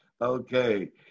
Okay